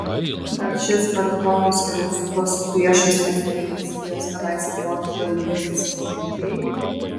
gal šis barzdotas ir rūstus priešais ją sėdintis vyras kadaise buvo žavingesnis ir už džėjų